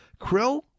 Krill